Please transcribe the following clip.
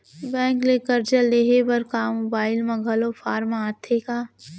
Bank ले करजा लेहे बर का मोबाइल म घलो फार्म आथे का?